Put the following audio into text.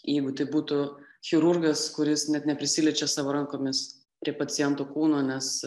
jeigu tai būtų chirurgas kuris net neprisiliečia savo rankomis prie paciento kūno nes